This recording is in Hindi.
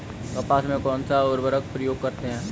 कपास में कौनसा उर्वरक प्रयोग करते हैं?